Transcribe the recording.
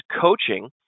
Coaching